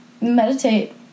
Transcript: meditate